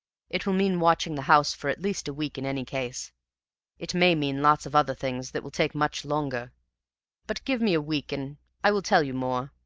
it will mean watching the house for at least a week in any case it may mean lots of other things that will take much longer but give me a week and i will tell you more.